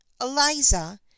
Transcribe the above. Eliza